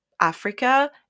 Africa